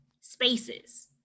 spaces